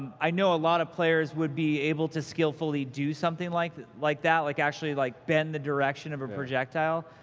i know a lot of players would be able to skillfully do something like that, like like actually like bend the direction of a projectile,